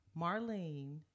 marlene